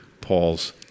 Paul's